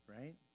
right